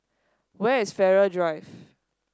where is Farrer Drive